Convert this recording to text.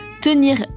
tenir